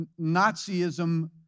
Nazism